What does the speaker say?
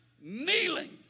kneeling